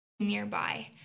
nearby